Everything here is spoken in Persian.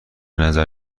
نظر